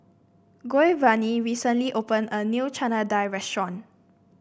Giovani recently opened a new Chana Dal Restaurant